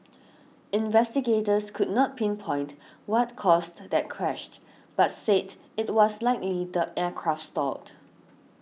investigators could not pinpoint what caused that crashed but said it was likely the aircraft stalled